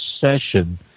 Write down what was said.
session